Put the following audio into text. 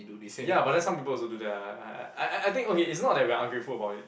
ya but then some people also do that lah I I I I think okay it's not that we are ungrateful about it